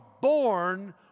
born